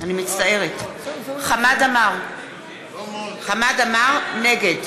בעד עמיר פרץ, אינו נוכח נורית קורן, נגד